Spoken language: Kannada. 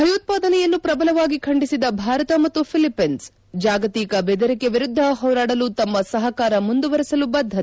ಭಯೋತ್ಪಾದನೆಯನ್ನು ಶ್ರಬಲವಾಗಿ ಖಂಡಿಸಿದ ಭಾರತ ಮತ್ತು ಫಿಲಿಪ್ಪಿನ್ಸ್ ಜಾಗತಿಕ ಬೆದರಿಕೆ ವಿರುದ್ದ ಹೋರಾಡಲು ತಮ್ನ ಸಹಕಾರ ಮುಂದುವರೆಸಲು ಬದ್ಗತೆ